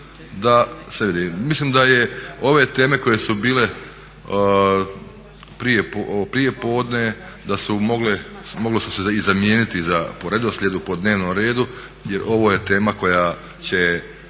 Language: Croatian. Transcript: da građani čuju. Mislim da ove teme koje su bile prijepodne da se moglo i zamijeniti po redoslijedu po dnevnom redu jer ovo je tema koja će